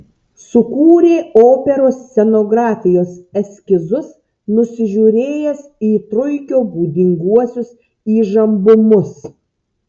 sukūrė operos scenografijos eskizus nusižiūrėjęs į truikio būdinguosius įžambumus